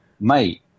Mate